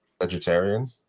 vegetarian